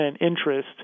interest